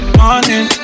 morning